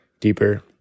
deeper